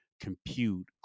compute